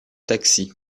taxi